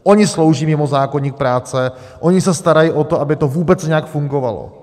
Oni slouží mimo zákoník práce, oni se starají o to, aby to vůbec nějak fungovalo.